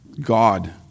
God